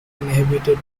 inhabited